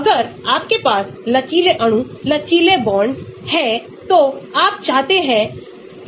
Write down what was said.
QSAR विश्लेषण के लिए उपयुक्त प्रतिस्थापन की आसान पहचान की अनुमति दें जिसमें सिग्मा और pi दोनों शामिल हैं